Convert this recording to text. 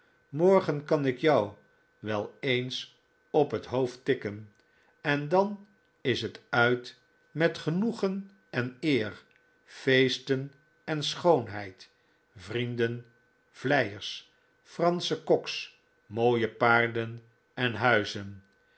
morgen kan ik jou wel eens op het hoofd tikken en dan is het uit met genoegen en cer feesten en schoonheid vrienden vleiers fransche koks mooie paarden en huizen